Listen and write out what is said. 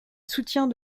soutien